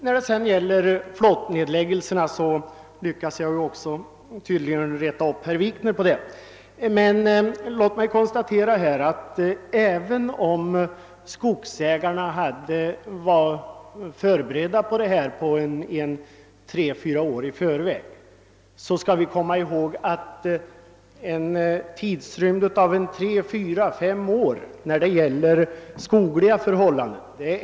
När det gäller frågan om flottledsnedläggelserna lyckades jag också reta upp herr Wikner. Även om skogsägarna tre fyra år i förväg var förberedda på en flottledsnedläggning, så är detta en mycket kort tidrymd när det gäller skogliga förhållanden.